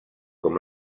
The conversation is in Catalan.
com